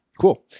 cool